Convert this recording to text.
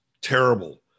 terrible